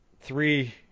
three